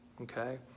okay